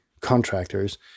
contractors